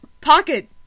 Pocket